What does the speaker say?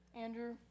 Andrew